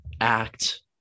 act